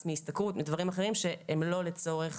מס מהשתכרות ודברים אחרים שהם לא לצורך